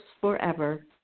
forever